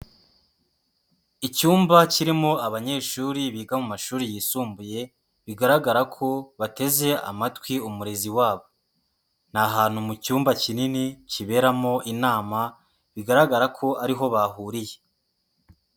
Icyumba kirimo abanyeshuri biga mu mashuri yisumbuye bigaragara ko bateze amatwi umurezi wabo, ni ahantu mu cyumba kinini kiberamo inama bigaragara ko ariho bahuriye.